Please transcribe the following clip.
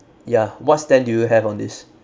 ya what stand do you have on this